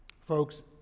Folks